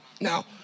Now